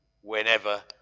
whenever